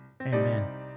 Amen